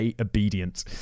obedient